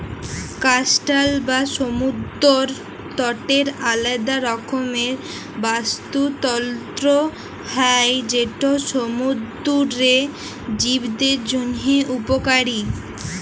coastal বা সমুদ্দর তটের আলেদা রকমের বাস্তুতলত্র হ্যয় যেট সমুদ্দুরের জীবদের জ্যনহে উপকারী